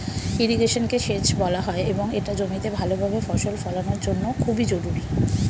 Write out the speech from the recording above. ইরিগেশনকে সেচ বলা হয় এবং এটা জমিতে ভালোভাবে ফসল ফলানোর জন্য খুবই জরুরি